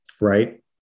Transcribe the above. right